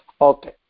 Okay